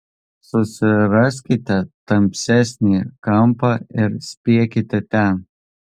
susiraskite tamsesnį kampą ir spiekite ten